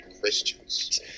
Christians